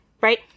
right